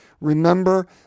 remember